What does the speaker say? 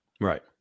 Right